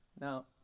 Now